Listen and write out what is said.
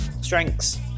strengths